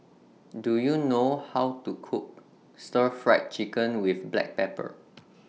Do YOU know How to Cook Stir Fried Chicken with Black Pepper